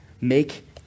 make